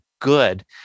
good